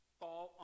fall